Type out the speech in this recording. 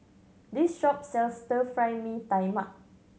this shop sells Stir Fry Mee Tai Mak